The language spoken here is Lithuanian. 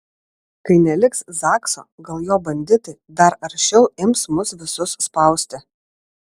kai neliks zakso gal jo banditai dar aršiau ims mus visus spausti